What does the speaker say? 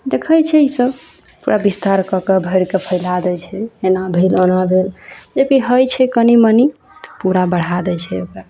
देखय छै ईसब पूरा विस्तार कए कऽ भरि कऽ फैला दै छै एना भेल ओना भेल जे कि होइ छै कनी मनी पूरा बढ़ा दै छै ओकरा